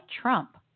Trump